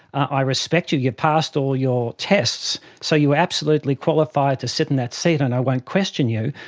i respect you, you passed all your tests, so you absolutely qualify to sit in that seat and i won't question you,